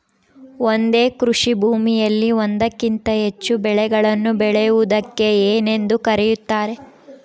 ಒಂದೇ ಕೃಷಿಭೂಮಿಯಲ್ಲಿ ಒಂದಕ್ಕಿಂತ ಹೆಚ್ಚು ಬೆಳೆಗಳನ್ನು ಬೆಳೆಯುವುದಕ್ಕೆ ಏನೆಂದು ಕರೆಯುತ್ತಾರೆ?